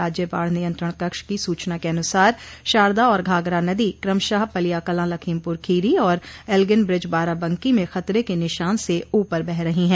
राज्य बाढ़ नियंत्रण कक्ष को सूचना के अन्सार शारदा और घाघरा नदी क्रमशः पलियाकलां लखीमपूर खीरी और एल्गिंन ब्रिज बाराबंकी में खतरे के निशान से ऊपर बह रही है